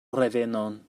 revenon